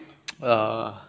ah